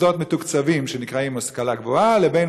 מוסדות מתוקצבים שנקראים השכלה גבוהה לבין